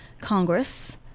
Congress